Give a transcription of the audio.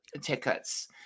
tickets